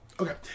Okay